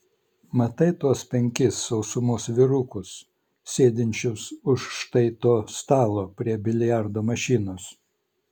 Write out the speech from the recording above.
matai tuos penkis sausumos vyrukus sėdinčius už štai to stalo prie biliardo mašinos